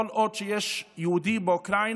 כל עוד יש יהודי באוקראינה,